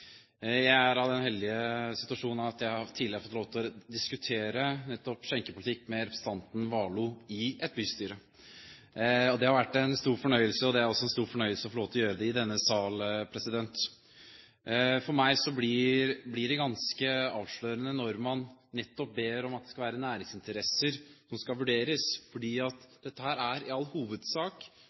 Jeg er i den heldige situasjon at jeg tidligere har fått lov til å diskutere nettopp skjenkepolitikk med representanten Warloe i et bystyre. Det har vært en stor fornøyelse. Det er også en stor fornøyelse å få lov til å gjøre det i denne sal. For meg blir det ganske avslørende når man ber om at næringsinteresser skal vurderes, fordi dette er i all hovedsak